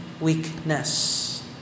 weakness